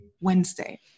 Wednesday